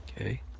Okay